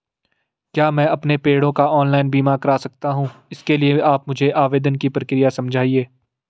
क्या मैं अपने पेड़ों का ऑनलाइन बीमा करा सकता हूँ इसके लिए आप मुझे आवेदन की प्रक्रिया समझाइए?